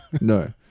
no